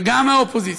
וגם מהאופוזיציה,